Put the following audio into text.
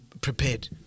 prepared